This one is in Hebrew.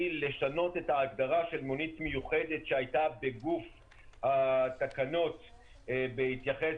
לשנות את ההגדרה של "מונית מיוחדת" שהייתה בגוף התקנות בהתייחס